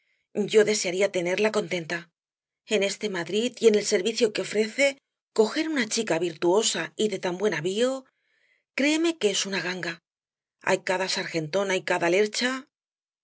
yo desearía tenerla contenta en este madrid y en el servicio que ofrece coger una chica virtuosa y de tan buen avío créeme que es una ganga hay cada sargentona y cada lercha